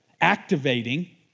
activating